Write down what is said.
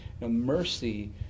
Mercy